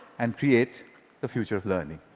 and create the future of learning.